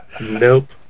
Nope